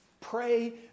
pray